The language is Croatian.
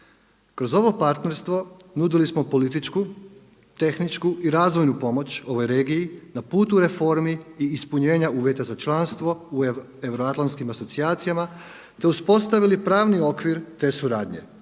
Kroz ovo partnerstvo nudili smo političku, tehničku i razvojnu pomoć ovoj regiji na putu reformi i ispunjenja uvjeta za članstvo u euroatlantskim asocijacijama, te uspostavili pravni okvir te suradnje